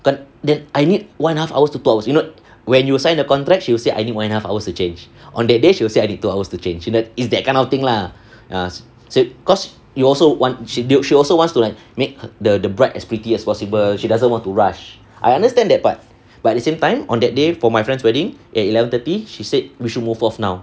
kan then I need one half hours to two hours you know when you signed the contract she'll say I need one and a half hours to change on the day she will say I need two hours to change that is that kind of thing lah cause you also want she she also wants to like make the the bride as pretty as possible she doesn't want to rush I understand that but but at the same time on that day for my friend's wedding eh eleven thirty she said we should move off now